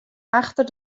achter